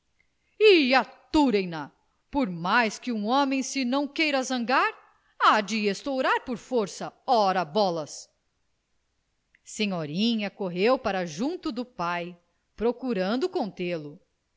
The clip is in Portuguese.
aturem na por mais que um homem se não queira zangar há de estourar por força ora bolas senhorinha correu para junto do pai procurando contê lo